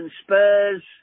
Spurs